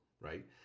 right